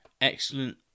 excellent